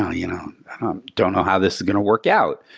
i you know um don't know how this is going to work out.